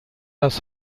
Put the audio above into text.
das